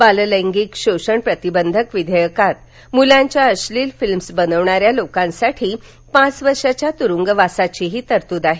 बाललैंगिक शोषण प्रतिबंधक विधेयकात मुलांच्या अश्लील फिल्म्स बनवणाऱ्या लोकांसाठी पाच वर्षाच्या तुरुंगवासाचीही तरतूद आहे